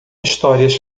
histórias